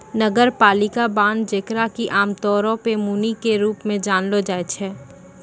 नगरपालिका बांड जेकरा कि आमतौरो पे मुनि के रूप मे जानलो जाय छै